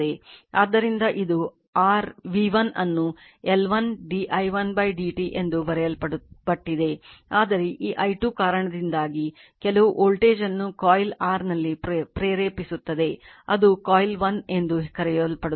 ಆದ್ದರಿಂದ ಇದು r v1 ಅನ್ನು L1 d i1 dt ಎಂದು ಬರೆಯಲ್ಪಟ್ಟಿದೆ ಆದರೆ ಈ i 2 ಕಾರಣದಿಂದಾಗಿ ಕೆಲವು ವೋಲ್ಟೇಜ್ ಅನ್ನು ಕಾಯಿಲ್ r ನಲ್ಲಿ ಪ್ರೇರೇಪಿಸುತ್ತದೆ ಅದು ಕಾಯಿಲ್ 1 ಎಂದು ಕರೆಯಲ್ಪಡುತ್ತದೆ